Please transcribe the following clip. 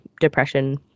depression